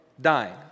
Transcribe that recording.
dying